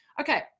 Okay